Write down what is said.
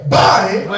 body